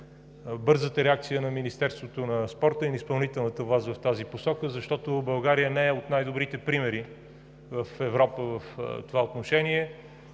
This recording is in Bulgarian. бързата реакция на Министерството на спорта и на изпълнителната власт в тази посока, защото България не е от най-добрите примери в Европа в това отношение.